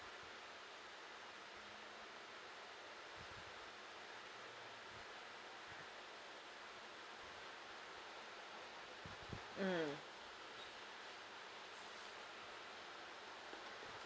mm